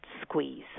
squeeze